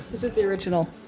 this is the original.